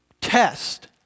test